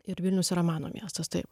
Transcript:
ir vilnius yra mano miestas taip